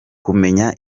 kumenya